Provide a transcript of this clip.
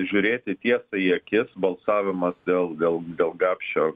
žiūrėti tiesai į akis balsavimas dėl gal dėl gapšio